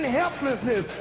helplessness